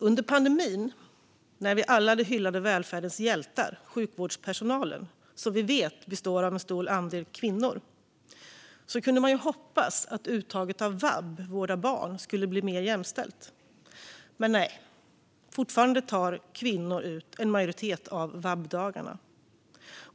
Under pandemin hyllade vi alla välfärdens hjältar sjukvårdspersonalen, som vi vet består av en stor andel kvinnor. Man hade ju kunnat hoppas att uttaget av vab, ersättning för vård av barn, skulle bli mer jämställt, men nej - fortfarande tar kvinnor ut en majoritet av vabdagarna.